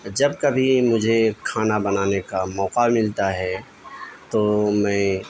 جب کبھی مجھے کھانا بنانے کا موقع ملتا ہے تو میں